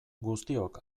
guztiok